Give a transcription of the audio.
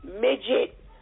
midget